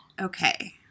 Okay